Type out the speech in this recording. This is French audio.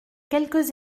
quelques